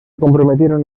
comprometieron